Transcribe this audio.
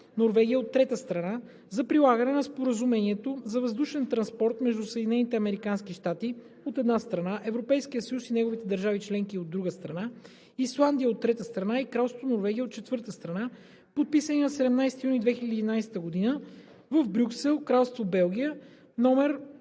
Норвегия, от трета страна, за прилагане на Споразумението за въздушен транспорт между Съединените американски щати, от една страна, Европейския съюз и неговите държави членки, от друга страна, Исландия, от трета страна, и Кралство Норвегия, от четвърта страна, подписани на 17 юни 2011 г. в Брюксел, Кралство Белгия, №